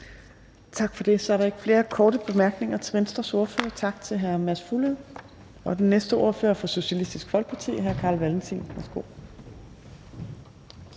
Tak for det. Så er der ikke flere korte bemærkninger til Venstres ordfører. Tak til hr. Mads Fuglede. Den næste ordfører er fra Socialistisk Folkeparti. Hr. Carl Valentin, værsgo.